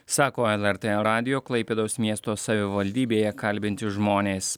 sako lrt radijo klaipėdos miesto savivaldybėje kalbinti žmonės